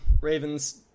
Ravens